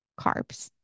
carbs